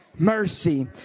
Mercy